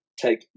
Take